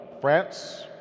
France